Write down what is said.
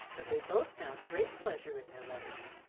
but they both found great pleasure in their letters.